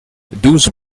douze